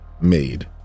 made